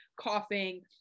coughing